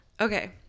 Okay